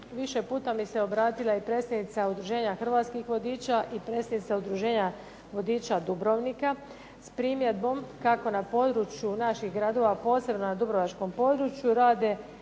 Više puta mi se obratila i predsjednica Udruženja hrvatskih vodiča i predsjednica Udruženja vodiča Dubrovnika s primjedbom kako na području naših gradova, posebno na dubrovačkom području